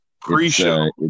pre-show